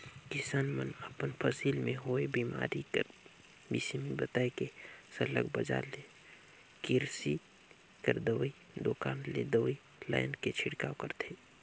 किसान मन अपन फसिल में होवल बेमारी कर बिसे में बताए के सरलग बजार ले किरसी कर दवई दोकान ले दवई लाएन के छिड़काव करथे